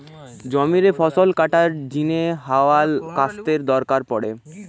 জমিরে ফসল কাটার জিনে হাতওয়ালা কাস্তের দরকার পড়ে